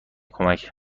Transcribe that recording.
کمک